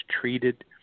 treated